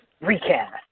recast